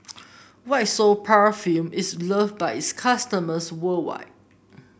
White Soft Paraffin is loved by its customers worldwide